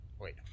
Wait